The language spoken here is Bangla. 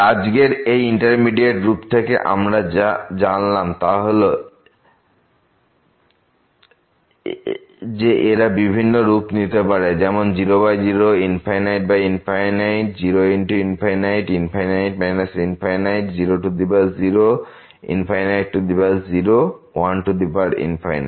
তাই আজকে এই ইনন্ডিটারমিনেট রূপ থেকে আমরা যা জানলাম তা হল যে এরা বিভিন্ন রূপ নিতে পারে যেমন 00 ∞∞ 0×∞ ∞∞ 00 0 1